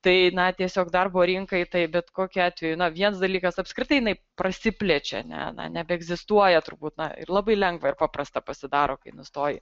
tai na tiesiog darbo rinkai tai bet kokiu atveju na viens dalykas apskritai jinai prasiplečia a ne na nebeegzistuoja turbūt na ir labai lengva ir paprasta pasidaro kai nustoji